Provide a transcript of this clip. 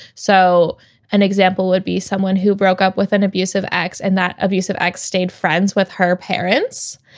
so an example would be someone who broke up with an abusive ex and that abusive ex stayed friends with her parents.